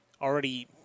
already